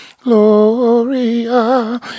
Gloria